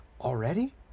Already